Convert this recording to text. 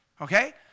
okay